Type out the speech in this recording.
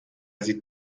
sie